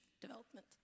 development